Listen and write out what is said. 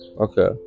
okay